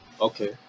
okay